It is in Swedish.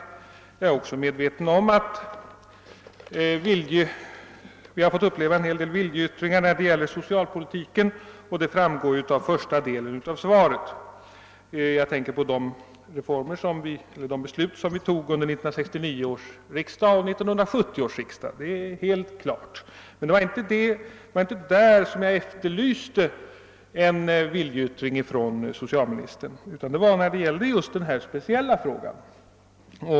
Jag är också medveten om att vi har fått uppleva en hel del viljeyttringar när det gäller socialpolitiken, vilket framgår av första delen av svaret; jag tänker på de beslut som vi har fattat under 1969 och 1970 års riksdagar. Detta är helt klart. Det var emellertid inte på den punkten jag efterlyste en viljeyttring från socialministern, utan det var i just denna speciella fråga.